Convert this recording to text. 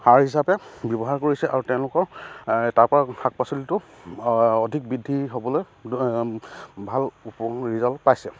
সাৰ হিচাপে ব্যৱহাৰ কৰিছে আৰু তেওঁলোকৰ তাৰপৰা শাক পাচলিটো অধিক বৃদ্ধি হ'বলৈ ভাল ৰিজাল্ট পাইছে